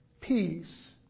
peace